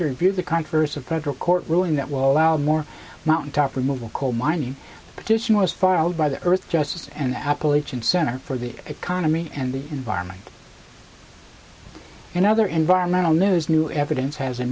review the conqueror's of federal court ruling that will allow more mountaintop removal coal mining petition was filed by the earth justice and appalachian center for the economy and the environment and other environmental news new evidence has